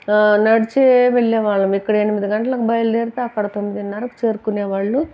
నడిచే వెళ్ళేవాళ్ళం ఇక్కడ ఎనిమిది గంటలకి బయలుదేరితే అక్కడ తొమ్మిదిన్నరకు చేరుకొనే వాళ్ళు